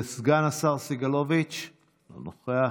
סגן השר סגלוביץ' אינו נוכח.